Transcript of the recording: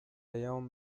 يوم